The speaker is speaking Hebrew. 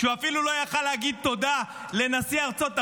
שהוא אפילו לא היה יכול להגיד תודה לנשיא ארצות הברית,